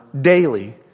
daily